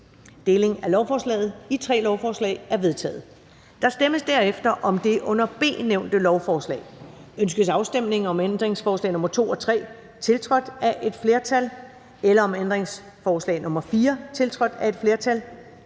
Deling af lovforslaget i tre lovforslag er vedtaget. Der stemmes derefter om det under B nævnte lovforslag: Ønskes afstemning om ændringsforslag nr. 2 og 3, tiltrådt af et flertal (S, SF, RV, EL, DF, KF, FG, Liselott Blixt